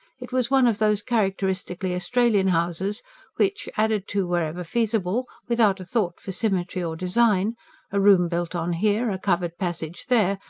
it was one of those characteristically australian houses which, added to wherever feasible, without a thought for symmetry or design a room built on here, a covered passage there,